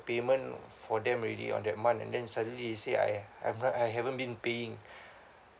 payment for them already on that month and then suddenly he say I I've not I haven't been paying